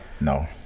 No